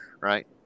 right